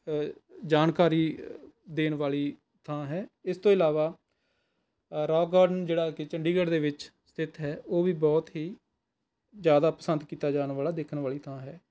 ਜਾਣਕਾਰੀ ਦੇਣ ਵਾਲੀ ਥਾਂ ਹੈ ਇਸ ਤੋਂ ਇਲਾਵਾ ਰੌਕ ਗਾਰਡਨ ਜਿਹੜਾ ਕਿ ਚੰਡੀਗੜ੍ਹ ਦੇ ਵਿੱਚ ਸਥਿਤ ਹੈ ਉਹ ਵੀ ਬਹੁਤ ਹੀ ਜ਼ਿਆਦਾ ਪਸੰਦ ਕੀਤਾ ਜਾਣ ਵਾਲਾ ਦੇਖਣ ਵਾਲੀ ਥਾਂ ਹੈ